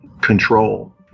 control